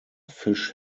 fish